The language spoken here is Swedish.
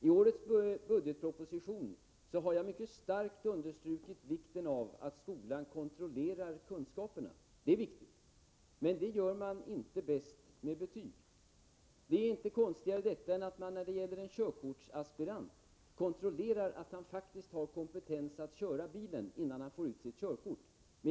I årets budgetproposition har jag mycket starkt understrukit vikten av att skolan kontrollerar kunskaperna. Det gör man inte bäst med betyg. Detta är inte konstigare än att man när det gäller en körkortsaspirant kontrollerar att han faktiskt har kompetens att köra bil, innan han får ut sitt körkort.